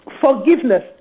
Forgiveness